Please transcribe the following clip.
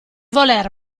voler